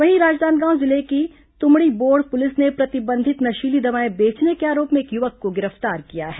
वहीं राजनांदगांव जिले की तुमड़ीबोड़ पुलिस ने प्रतिबंधित नशीली दवाएं बेचने के आरोप में एक युवक को गिरफ्तार किया है